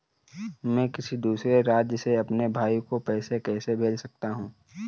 मैं किसी दूसरे राज्य से अपने भाई को पैसे कैसे भेज सकता हूं?